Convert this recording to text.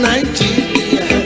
Nigeria